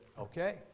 Okay